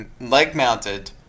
leg-mounted